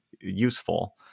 useful